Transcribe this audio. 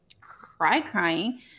cry-crying